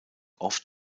oft